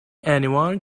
anyone